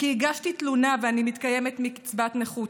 כי הגשתי תלונה ואני מתקיימת מקצבת נכות.